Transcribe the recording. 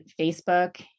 Facebook